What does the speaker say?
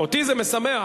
אותי זה משמח.